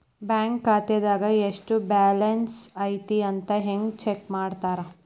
bank ಖಾತೆದಾಗ ಎಷ್ಟ balance ಐತಿ ಅಂತ ಹೆಂಗ ಚೆಕ್ ಮಾಡ್ತಾರಾ